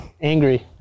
angry